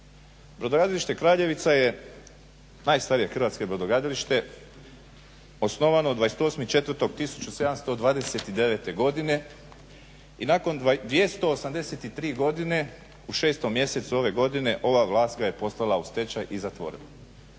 Brodogradilište Kraljevica je najstarije hrvatsko brodogradilište osnovano 28.04.1729. godine i nakon 283 godine u 6. mjesecu ove godine ova vlast ga je poslala u stečaj i zatvorila.